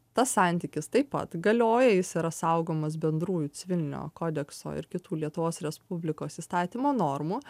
tas santykis taip pat galioja jis yra saugomas bendrųjų civilinio kodekso ir kitų lietuvos respublikos įstatymo normų